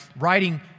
writing